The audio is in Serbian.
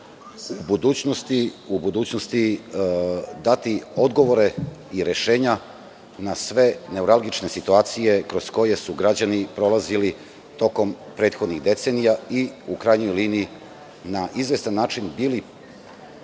u budućnosti dati odgovore i rešenja na sve neuralgične situacije kroz koje su građani prolazili tokom prethodnih decenija i na izvestan način bili